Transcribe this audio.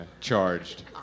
charged